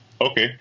Okay